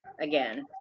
again